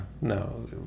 no